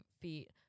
feet